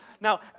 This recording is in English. Now